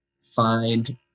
find